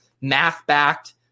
math-backed